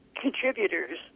Contributors